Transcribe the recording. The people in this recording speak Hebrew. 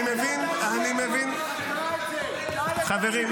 אני מבין את הרצון שלכם --- חברת הכנסת כהן,